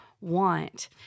want